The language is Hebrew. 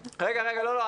אני לא הפרעתי לך.